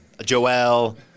Joel